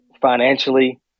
financially